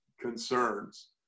concerns